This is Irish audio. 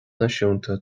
náisiúnta